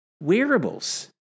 wearables